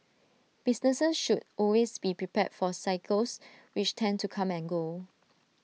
businesses should always be prepared for cycles which tend to come and go